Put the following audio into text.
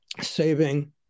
saving